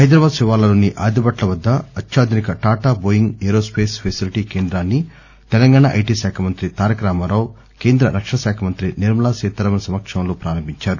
హైదరాబాద్ శివార్లలోని ఆదిభట్ల వద్ద అత్యాధునిక టాటా బోయింగ్ ఏరోస్స్ ఫెసిలిటీ కేంద్రాన్ని తెలంగాణ ఐటి శాఖ మంత్రి తారక రామారావు కేంద్ర రక్షణ మంత్రి నిర్మలాసీతారామన్ సమక్షంలో ప్రారంభించారు